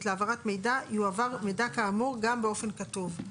להעברת מידע יועבר מידע כאמור גם באופן כתוב.